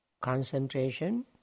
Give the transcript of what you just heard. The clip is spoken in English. concentration